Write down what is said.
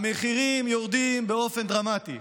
המחירים יורדים באופן דרמטי.